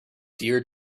dear